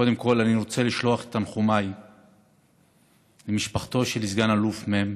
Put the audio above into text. קודם כול אני רוצה לשלוח את תנחומיי למשפחתו של סגן אלוף מ',